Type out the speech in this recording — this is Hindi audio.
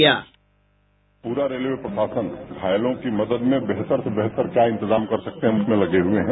बाईट पूरा रेलवे प्रशासन घायलों की मदद में बेहतर से बेहतर क्या इंतजाम कर सकते हैं हम उसमें लगे हुए है